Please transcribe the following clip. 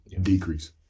decrease